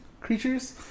creatures